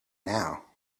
now